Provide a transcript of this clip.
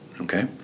okay